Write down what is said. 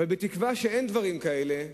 ובתקווה שאין דברים כאלה.